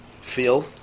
feel